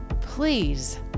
Please